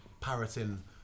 parroting